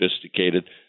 sophisticated